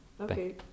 Okay